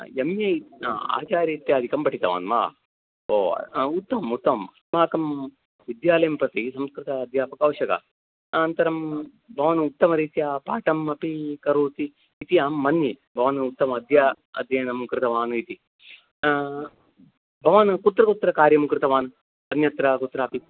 M A इत् अचार्य इत्यादिकं पठितवान् वा हो उत्तमं उत्तमं अस्माकं विद्यालयं प्रति संस्कृत अध्यापकः अवश्यक अनन्तरं भवान् उत्तमरीत्या पाठम् अपि करोति इति अहं मन्ये भवान् उत्तम अद्य अध्ययनं कृतवान् इति भवान् कुत्र कुत्र कार्यं कृतवान् अन्यत्र कुत्रापि